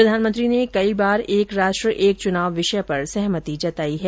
प्रधानमंत्री ने कई बार एक राष्ट्र एक चुनाव विषय पर सहमति जताई है